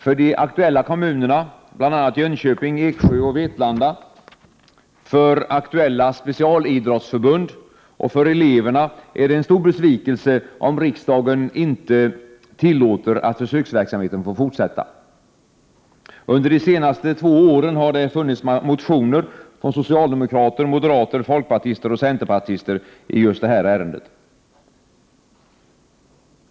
För de aktuella kommunerna — bl.a. Jönköping, Eksjö och Vetlanda kommun — och för de aktuella specialidrottsförbunden och eleverna, är det en stor besvikelse om riksdagen inte tillåter att försöksverksamheten fortsätter. Under de senaste två åren har det funnits motioner från socialdemokrater, moderater, folkpartister och centerpartister i just det här ärendet.